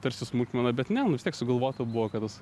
tarsi smulkmena bet ne nu vis tiek sugalvota buvo kad tas